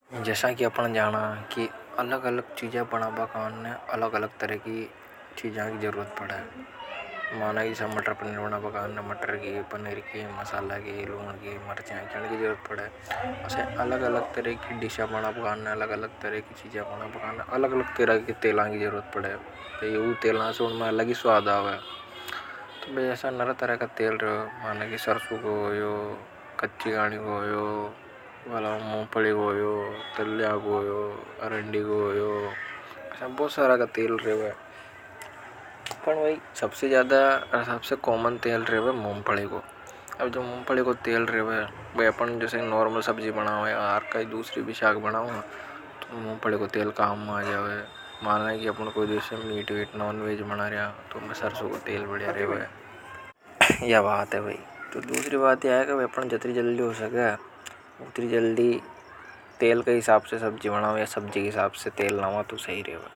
जैसा कि अपना जाना कि अलग अलग चीज़े बनाबा कान ने अलग अलग तरह की। चीज़ां की जरूरत पड़ा है माना इसे मटर पनीर बना पकाना मटर की पनीर की मसाला की लून की मरचां की जरूरत पड़ा है। अलग तरह की डीशा बना पकाना, अलग तरह की चीजा बना पकाना, अलग तरह की तेलां की जरूरत पड़े, तेलां से उनमें अलगी स्वादा हुआ है। भई असा नरे तरह का तेल रेवे माना की सरसों को होयो कच्ची घणी को हियो मूंगफलियां को होयो तैलीय को होयो। असा बहुत तरह का तेल रेवे पर सबसे ज्यादा अरे सबसेकॉमन तेल रेवे। मूंगफली को। यह बात है वह तो दूसरी बात यह है कि अपने जत्री जल्दी हो सकते हैं तो जल्दी तेल के हिसाब से सब्जी। ना हूं यह सब्जी के हिसाब से तेल लावा तो सहीं रेवे।